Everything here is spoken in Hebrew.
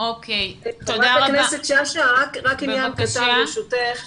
חברת הכנת שאשא, ברשותך.